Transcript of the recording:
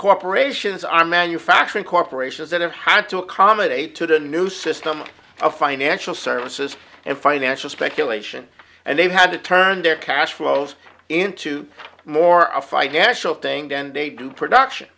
corporations are manufacturing corporations that have had to accommodate to the new system of financial services and financial speculation and they've had to turn their cash flows into more of a fight national thing than they do production